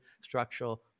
structural